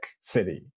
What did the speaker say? City